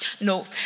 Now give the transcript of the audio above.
No